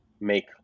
Make